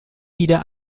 wieder